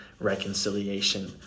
reconciliation